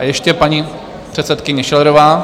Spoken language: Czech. Ještě paní předsedkyně Schillerová.